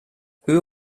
höhe